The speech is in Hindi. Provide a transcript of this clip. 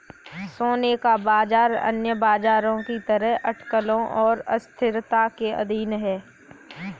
सोने का बाजार अन्य बाजारों की तरह अटकलों और अस्थिरता के अधीन है